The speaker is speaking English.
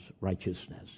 righteousness